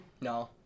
No